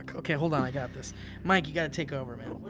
ok hold on i got this mike, you gotta take over man